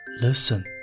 listen